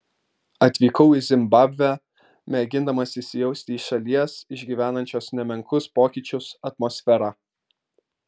atvykau į zimbabvę mėgindamas įsijausti į šalies išgyvenančios nemenkus pokyčius atmosferą